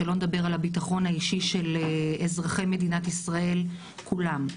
שלא נדבר על הביטחון האישי של אזרחי מדינת ישראל כולם.